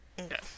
Okay